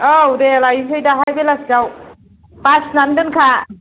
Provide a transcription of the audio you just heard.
औ दे लायनोसै दाहाय बेलासियाव बासिनानै दोनखा